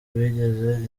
bigize